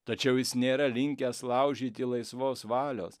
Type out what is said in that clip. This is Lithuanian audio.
tačiau jis nėra linkęs laužyti laisvos valios